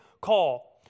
call